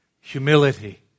humility